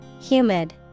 Humid